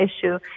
issue